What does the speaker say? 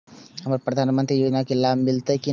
हमरा प्रधानमंत्री योजना के लाभ मिलते की ने?